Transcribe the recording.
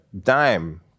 dime